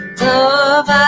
love